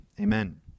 Amen